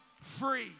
free